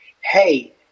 hey